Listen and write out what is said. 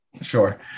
sure